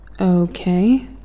Okay